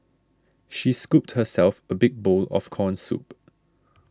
she scooped herself a big bowl of Corn Soup